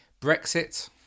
Brexit